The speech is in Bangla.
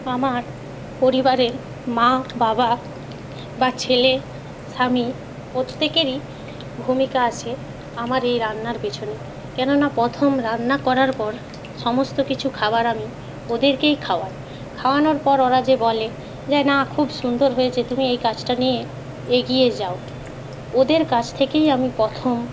আমার পরিবারের মা বাবা বা ছেলে স্বামী প্রত্যেকেরই ভূমিকা আছে আমার এই রান্নার পিছনে কেননা প্রথম রান্না করার পর সমস্ত কিছু খাবার আমি ওদেরকেই খাওয়াই খাওয়ানোর পর ওরা যে বলে যে না খুব সুন্দর হয়েছে তুমি এই কাজটা নিয়ে এগিয়ে যাও ওদের কাছ থেকেই আমি প্রথম